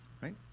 right